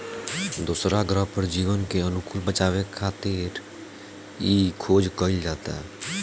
दोसरा ग्रह पर जीवन के अनुकूल बनावे खातिर इ खोज कईल जाता